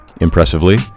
impressively